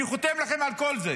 אני חותם לכם על כל זה,